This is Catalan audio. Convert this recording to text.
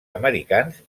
americans